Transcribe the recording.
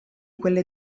quelle